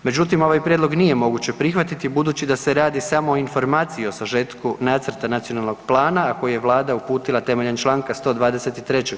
Međutim, ovaj prijedlog nije moguće prihvatiti budući da se radi samo o informaciji o sažetku nacrta Nacionalnog plana, a koji je vlada uputila temeljem čl. 123.